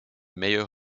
meilleur